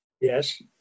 Yes